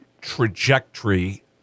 trajectory